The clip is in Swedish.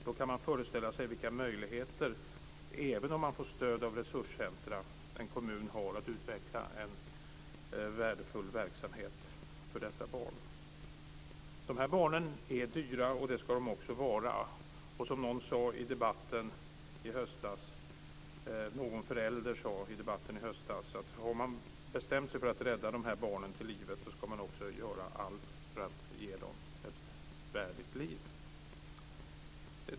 Då kan man föreställa sig vilka möjligheter en kommun har att utveckla en värdefull verksamhet för dessa barn, även om man får stöd av resurscenter. De här barnen är dyra och det ska de också vara. Som någon förälder sade i debatten i höstas: Har man bestämt sig för att rädda de här barnen till livet ska man också göra allt för att ge dem ett värdigt liv.